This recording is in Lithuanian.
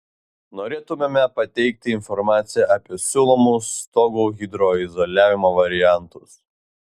norėtumėme pateikti informaciją apie siūlomus stogų hidroizoliavimo variantus